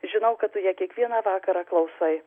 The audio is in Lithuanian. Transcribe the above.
žinau kad tu ją kiekvieną vakarą klausai